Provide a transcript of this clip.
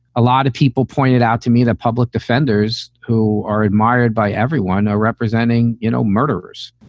a lot of people pointed out to me that public defenders who are admired by everyone are representing, you know, murderers.